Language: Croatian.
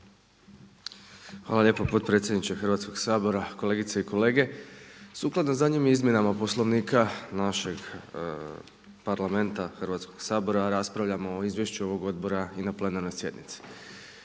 Hvala lijepo potpredsjedniče Hrvatskog sabora. Kolegice i kolege sukladno zadnjim izmjenama Poslovnika našeg Parlamenta Hrvatskog sabora raspravljamo o izvješću ovog odbora i na plenarnoj sjednici.